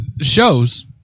shows